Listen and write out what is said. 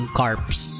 carps